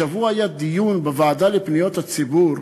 השבוע היה דיון בוועדה לפניות הציבור